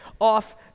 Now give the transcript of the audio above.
off